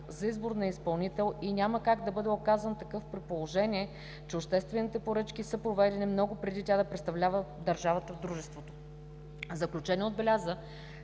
за избор на изпълнител, и няма как да бъде оказан такъв, при положение, че обществените поръчки са проведени много преди тя да е представлява държавата в дружеството. В заключение отбеляза,